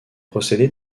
procédé